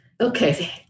Okay